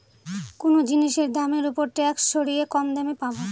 কোনো জিনিসের দামের ওপর ট্যাক্স সরিয়ে কম দামে পাবো